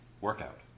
workout